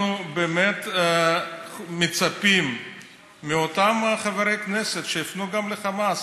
אנחנו באמת מצפים מאותם חברי כנסת שייפנו גם לחמאס.